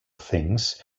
things